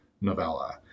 novella